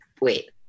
wait